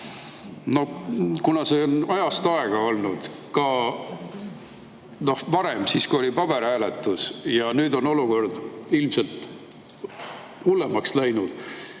Kuna see on ajast aega olnud, ka varem, siis, kui oli vaid paberhääletus, ja nüüd on olukord ilmselt hullemaks läinud,